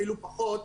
אפילו פחות,